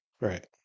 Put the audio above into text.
Right